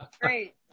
Great